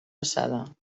passada